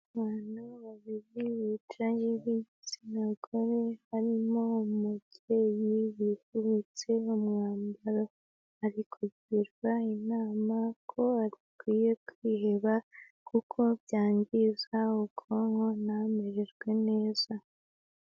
Abantu babiri bicaye b'igitsina gore, harimo umubyeyi wifubitse umwambaro, ari ku kugirwa inama ko adakwiye kwiheba kuko byangiza ubwonko ntamererwe neza.